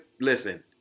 listen